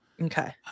Okay